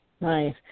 Nice